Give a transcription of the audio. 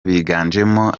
biganjemo